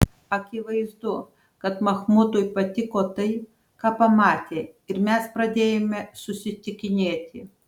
akivaizdu kad machmudui patiko tai ką pamatė ir mes pradėjome susitikinėti